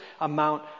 amount